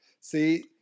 See